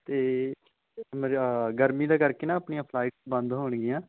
ਅਤੇ ਮੇਰਾ ਗਰਮੀ ਦਾ ਕਰਕੇ ਨਾ ਆਪਣੀਆਂ ਫਲਾਈਟ ਬੰਦ ਹੋਣਗੀਆਂ